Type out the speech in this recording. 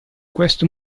questo